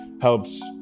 helps